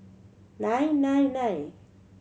nine nine nine